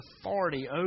authority